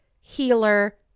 healer